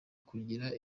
kugira